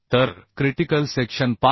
तर critical section 5